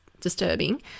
disturbing